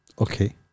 Okay